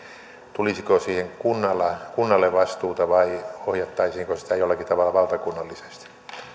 tulisiko siihen kunnalle vastuuta vai ohjattaisiinko sitä jollakin tavalla valtakunnallisesti